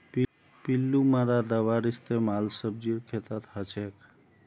पिल्लू मारा दाबार इस्तेमाल सब्जीर खेतत हछेक